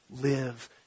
live